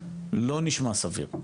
לא נשמע סביר.